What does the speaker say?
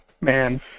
Man